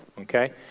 okay